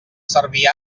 servir